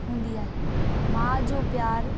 हूंदी आहे मां जो प्यारु